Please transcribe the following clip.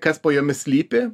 kas po jomis slypi